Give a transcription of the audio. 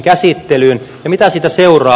ja mitä siitä seuraa